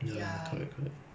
ya